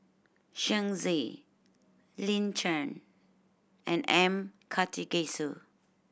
Shen Xi Lin Chen and M Karthigesu